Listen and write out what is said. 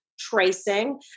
tracing